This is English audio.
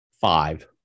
Five